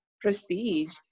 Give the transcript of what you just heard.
prestige